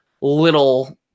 little